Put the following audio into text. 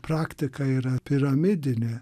praktika yra piramidinė